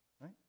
Right